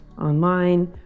online